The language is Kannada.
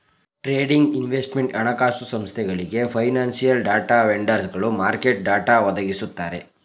ಟ್ರೇಡಿಂಗ್, ಇನ್ವೆಸ್ಟ್ಮೆಂಟ್, ಹಣಕಾಸು ಸಂಸ್ಥೆಗಳಿಗೆ, ಫೈನಾನ್ಸಿಯಲ್ ಡಾಟಾ ವೆಂಡರ್ಸ್ಗಳು ಮಾರ್ಕೆಟ್ ಡಾಟಾ ಒದಗಿಸುತ್ತಾರೆ